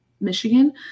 Michigan